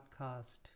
podcast